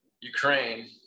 ukraine